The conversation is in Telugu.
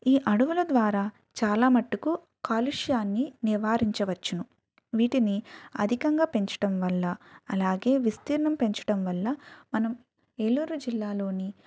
ఈ అడవుల ద్వారా చాలా మట్టుకు కాలుష్యాన్ని నివారించవచ్చును వీటిని అధికంగా పెంచటం వల్ల అలాగే విస్తీర్ణం పెంచటం వల్ల మనం ఏలూరు జిల్లాలోని